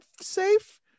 safe